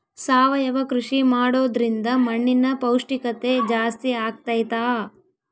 ಸಾವಯವ ಕೃಷಿ ಮಾಡೋದ್ರಿಂದ ಮಣ್ಣಿನ ಪೌಷ್ಠಿಕತೆ ಜಾಸ್ತಿ ಆಗ್ತೈತಾ?